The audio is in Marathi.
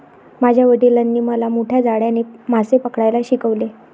माझ्या वडिलांनी मला मोठ्या जाळ्याने मासे पकडायला शिकवले